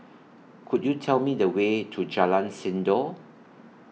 Could YOU Tell Me The Way to Jalan Sindor